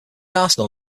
arsenal